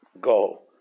Go